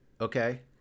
Okay